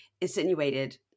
insinuated